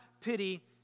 pity